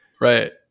Right